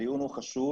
הדיון הוא חשוב,